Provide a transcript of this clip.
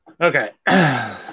okay